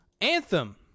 Anthem